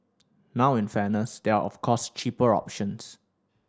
now in fairness there are of course cheaper options